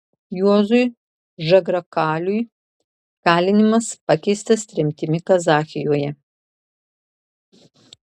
juozui žagrakaliui kalinimas pakeistas tremtimi kazachijoje